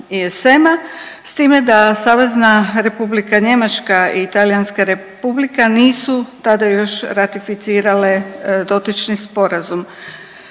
ESM-a s time da Savezna Republika Njemačka i Talijanska Republika nisu tada još ratificirale dotični sporazum.